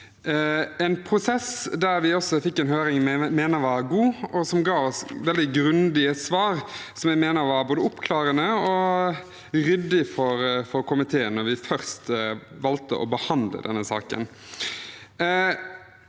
en prosess der vi fikk en høring som jeg mener var god og ga oss veldig grundige svar. Det mener jeg var både oppklarende og ryddig for komiteen når vi først valgte å behandle denne saken.